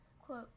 Quote